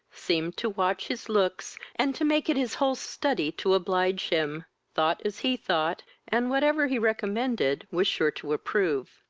seemed to watch his looks, and to make it his whole study to oblige him thought as he thought, and, whatever he recommended, was sure to approve.